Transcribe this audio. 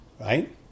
Right